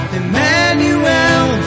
Emmanuel